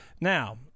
Now